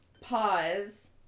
pause